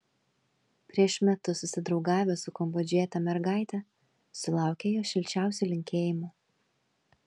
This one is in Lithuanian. prieš metus susidraugavęs su kambodžiete mergaite sulaukė jos šilčiausių linkėjimų